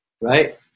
right